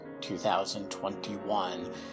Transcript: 2021